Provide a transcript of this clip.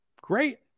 Great